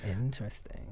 Interesting